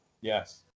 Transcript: Yes